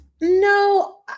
No